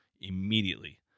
immediately